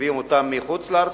מייבאים אותם מחוץ-לארץ?